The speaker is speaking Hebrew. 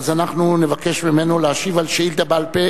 הירי על מתפרעים הוא רק באמצעי פיזור הפגנות,